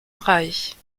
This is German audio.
reich